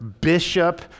bishop